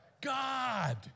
God